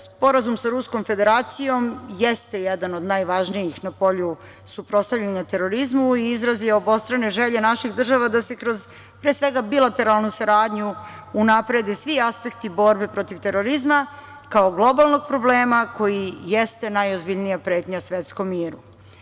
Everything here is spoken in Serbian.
Sporazum sa Ruskom Federacijom jeste jedan od najvažnijih na polju suprotstavljanja terorizmu i izraz je obostrane želje naših država da se kroz pre svega bilateralnu saradnju unaprede svi aspekti borbe protiv terorizma, kao globalnog problema koji jeste najozbiljnija pretnja svetskom miru.